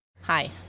Hi